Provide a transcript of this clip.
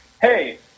hey –